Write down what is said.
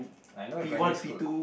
I know in primary school